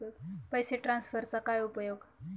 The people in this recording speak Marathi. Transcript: पैसे ट्रान्सफरचा काय उपयोग?